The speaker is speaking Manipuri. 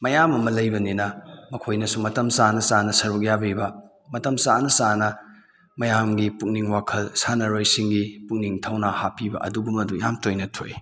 ꯃꯌꯥꯝ ꯑꯃ ꯂꯩꯕꯅꯤꯅ ꯃꯈꯣꯏꯅꯁꯨ ꯃꯇꯝ ꯆꯥꯅ ꯆꯥꯅ ꯁꯔꯨꯛ ꯌꯥꯕꯤꯕ ꯃꯇꯝ ꯆꯥꯅ ꯆꯥꯅ ꯃꯌꯥꯝꯒꯤ ꯄꯨꯛꯅꯤꯡ ꯋꯥꯈꯜ ꯁꯥꯟꯅꯔꯣꯏꯁꯤꯡꯒꯤ ꯄꯨꯛꯅꯤꯡ ꯊꯧꯅꯥ ꯍꯥꯞꯄꯤꯕ ꯑꯗꯨꯒꯨꯝꯕꯗꯨ ꯌꯥꯝ ꯇꯣꯏꯅ ꯊꯣꯛꯏ